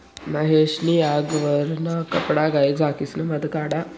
महेश नी आगवरना कपडाघाई झाकिसन मध काढा